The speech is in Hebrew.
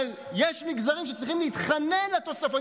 אבל יש מגזרים שצריכים להתחנן לתוספות,